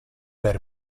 per